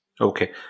Okay